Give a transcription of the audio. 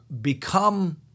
become